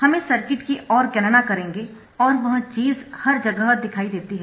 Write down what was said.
हम इस सर्किट की और गणना करेंगे और वह चीज हर जगह दिखाई देती है